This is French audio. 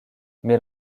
mais